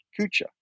Kucha